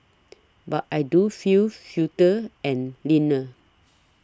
but I do feel fitter and leaner